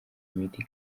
imiti